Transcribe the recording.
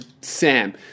Sam